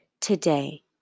today